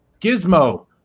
Gizmo